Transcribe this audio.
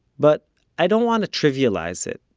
but i don't want to trivialize it,